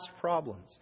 problems